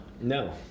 No